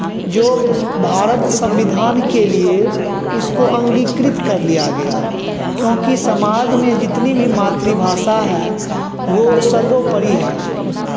जो भारत संविधान के लिए उसको अंगीकृत कर लिया गया क्योंकि समाज में जितनी भी मातृभाषा है वो सर्वोपरि है